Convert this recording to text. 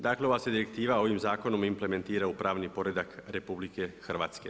Dakle, ova se direktiva ovim zakonom implementira u pravni poredak RH.